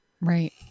Right